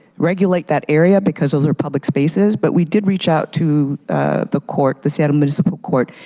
regulate that area because those are public spaces, but we did reach out to the court, the seattle municipal court.